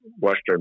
western